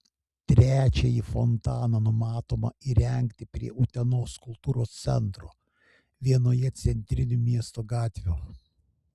trečiąjį fontaną numatoma įrengti prie utenos kultūros centro vienoje centrinių miesto gatvių